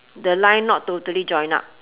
the line not totally join up